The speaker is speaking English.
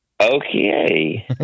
Okay